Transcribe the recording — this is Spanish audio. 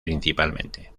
principalmente